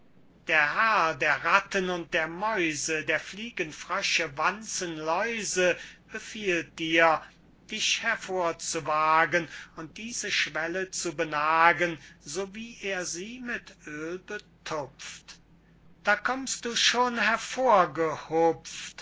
der herr der ratten und der mäuse der fliegen frösche wanzen läuse befiehlt dir dich hervor zu wagen und diese schwelle zu benagen so wie er sie mit oel betupft da kommst du schon